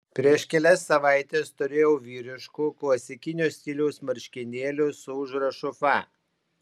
prieš kelias savaites turėjau vyriškų klasikinio stiliaus marškinėlių su užrašu fa